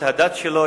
את הדת שלו,